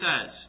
says